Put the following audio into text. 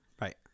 Right